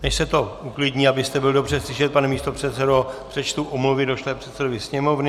Než se to uklidní, abyste byl dobře slyšet, pane místopředsedo, přečtu omluvy došlé předsedovi Sněmovny.